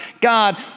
God